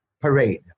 Parade